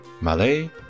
Malay